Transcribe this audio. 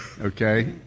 Okay